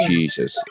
Jesus